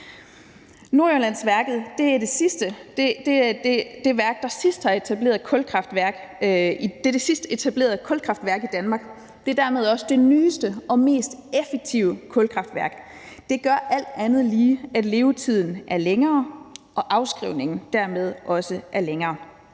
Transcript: Nordjyllandsværket er det sidst etablerede kulkraftværk i Danmark. Det er dermed også det nyeste og mest effektive kulkraftværk. Det gør alt andet lige, at levetiden er længere og afskrivningen dermed også er længere.